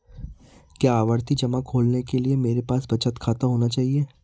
क्या आवर्ती जमा खोलने के लिए मेरे पास बचत खाता होना चाहिए?